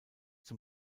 zum